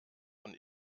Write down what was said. von